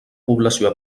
població